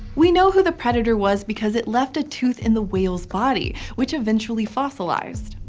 we know who the predator was, because it left a tooth in the whale's body, which eventually fossilized.